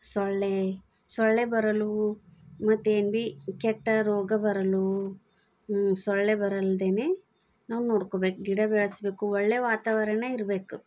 ಸೊಳ್ಳೆ ಸೊಳ್ಳೆ ಬರಲ್ಲ ಮತ್ತು ಏನೂ ಬಿ ಕೆಟ್ಟ ರೋಗ ಬರಲ್ಲ ಸೊಳ್ಳೆ ಬರಲ್ದೆನೇ ನಾವು ನೋಡ್ಕೊಬೇಕು ಗಿಡ ಬೆಳೆಸ್ಬೇಕು ಒಳ್ಳೆಯ ವಾತಾವರಣ ಇರಬೇಕು